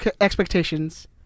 expectations